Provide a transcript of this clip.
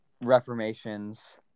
reformations